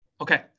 Okay